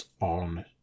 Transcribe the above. On